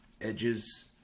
edges